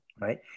right